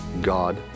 God